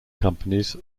companies